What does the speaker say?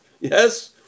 Yes